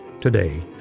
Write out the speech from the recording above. today